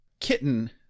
kitten